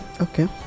Okay